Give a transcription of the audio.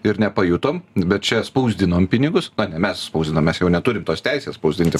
ir nepajutom bet čia spausdinom pinigus na ne mes spausdinom mes jau neturim tos teisės spausdinti